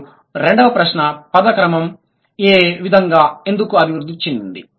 మరియు రెండవ ప్రశ్న పదం క్రమం ఎ విధంగా ఎందుకు అభివృద్ధి చెందింది